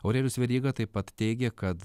aurelijus veryga taip pat teigė kad